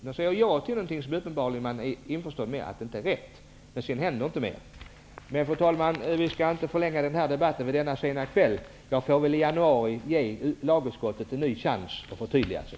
Man säger ja till något som man uppenbarligen är införstådd med inte är rätt, med sedan händer inte mer. Fru talman! Vi skall inte förlänga den här debatten under denna sena kväll. Jag får väl i januari ge lagutskottet en ny chans att förtydliga sig.